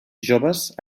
joves